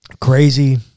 crazy